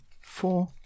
four